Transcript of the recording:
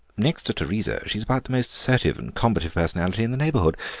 next to teresa, she's about the most assertive and combative personality in the neighbourhood.